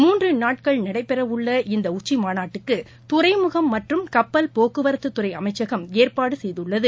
மூன்றநாட்கள் நடைபெறவுள்ள இந்தஉச்சிமாநாட்டுக்குதுறைமுகம் கப்பல் மற்றும் போக்குவரத்துதுறைஅமைச்சகம் ஏற்பாடுசெய்துள்ளது